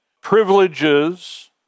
privileges